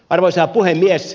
arvoisa puhemies